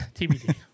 TBD